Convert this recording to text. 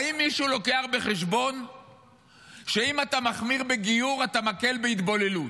האם מישהו לוקח בחשבון שאם אתה מחמיר בגיור אתה מקל בהתבוללות?